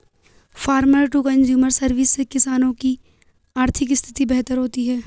farmer to consumer service से किसानों की आर्थिक स्थिति बेहतर होती है